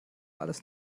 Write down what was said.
alles